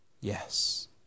Yes